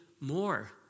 more